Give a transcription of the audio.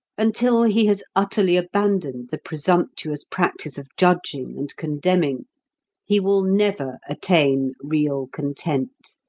until he has utterly abandoned the presumptuous practice of judging and condemning he will never attain real content.